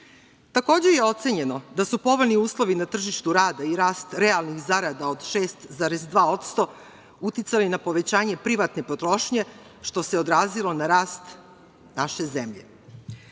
Takođe je ocenjeno da su povoljni uslovi na tržištu rada i rast realnih zarada od 6,2% uticali na povećanje privatne potrošnje, što se odrazilo na rast naše zemlje. Danas